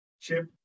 Chip